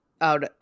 out